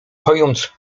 pojąc